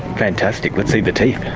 fantastic. let's see the teeth!